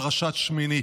פרשת שמיני.